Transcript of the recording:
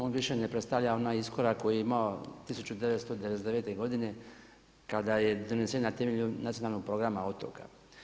On više ne predstavlja onaj iskorak koji je imao 1999. godine kada je donesen na temelju Nacionalnog programa otoka.